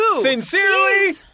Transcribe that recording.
Sincerely